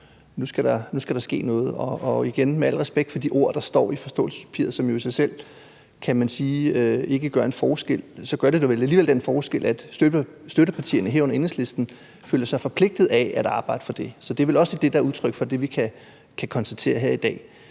nu skal der ske noget. Med al respekt for de ord, der står i forståelsespapiret, som jo i sig selv ikke gør en forskel, så gør de vel alligevel den forskel, at støttepartierne, herunder Enhedslisten, føler sig forpligtet af at arbejde for det. Så det er vel også det, der er udtryk for det, vi kan konstatere her i dag.